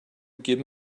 give